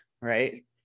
right